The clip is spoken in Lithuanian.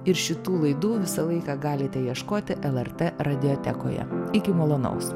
ir šitų laidų visą laiką galite ieškoti lrt radiotekoje iki malonaus